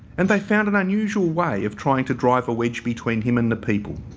and they found an unusual way of trying to drive a wedge between him and the people,